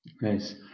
Nice